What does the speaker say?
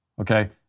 Okay